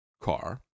car